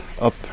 up